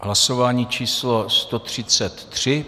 Hlasování číslo 133.